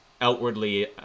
outwardly